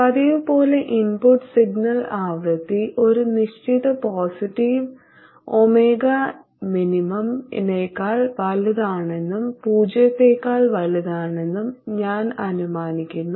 പതിവുപോലെ input signal ആവൃത്തി ഒരു നിശ്ചിത പോസിറ്റീവ് 𝜔min നേക്കാൾ വലുതാണെന്നും പൂജ്യത്തേക്കാൾ വലുതാണെന്നും ഞാൻ അനുമാനിക്കുന്നു